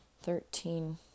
thirteen